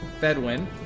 Fedwin